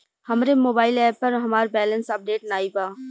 हमरे mobile app पर हमार बैलैंस अपडेट नाई बा